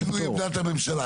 זה לא נקרא שינוי עמדת הממשלה.